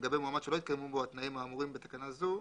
לגבי מועמד שלא התקיימו בו התנאים האמורים בתקנה זו,